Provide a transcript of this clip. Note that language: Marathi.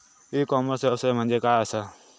ई कॉमर्स व्यवसाय म्हणजे काय असा?